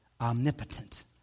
omnipotent